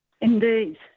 Indeed